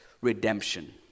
redemption